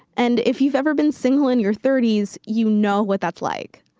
and if you've ever been single in your thirties, you know what that's like.